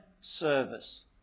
service